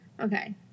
okay